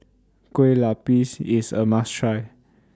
Kueh Lupis IS A must Try